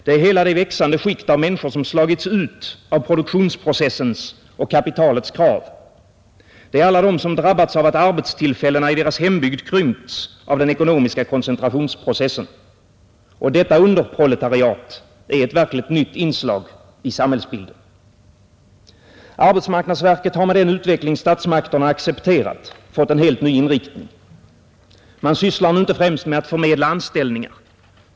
Det är hela det växande skikt av människor som slagits ut av produktionsprocessens och kapitalets krav. Det är alla de som drabbats av att arbetstillfällena i deras hembygd krympts av den ekonomiska koncentrationsprocessen. Och detta underproletariat är ett verkligt nytt inslag i samhällsbilden. Arbetsmarknadsverket har med den utveckling statsmakterna accepterat fått en helt ny inriktning. Man sysslar nu inte främst med att förmedla anställningar.